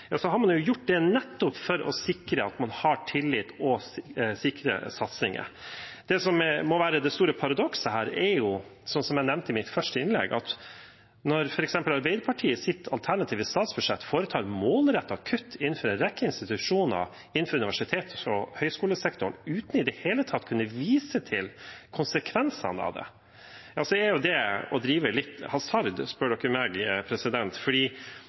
har man gjort nettopp for å sikre at man har tillit og sikre satsinger. Det som må være det store paradokset her, er jo, som jeg nevnte i mitt første innlegg, at når f.eks. Arbeiderpartiet i sitt alternative statsbudsjett foretar målrettede kutt innenfor en rekke institusjoner i universitets- og høyskolesektoren – uten i det hele tatt å kunne vise til konsekvensene av det – er det å spille litt hasard, spør du meg.